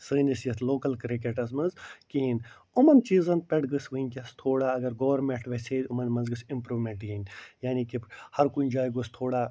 سٲنِس یَتھ لوکل کِرکٹس منٛز کِہیٖںی یِمن چیٖزن پٮ۪ٹھ گٔژ وُنٛکیٚس تھوڑا اگر گورمیٚنٛٹ ویٚژھہِ ہے یِمن منٛز گٔژ اِمپرٛوٗمیٚنٛٹ یِنۍ یعنی کہِ ہر کُنہِ جایہِ گوٚژھ تھوڑا